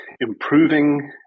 improving